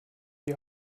die